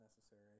necessary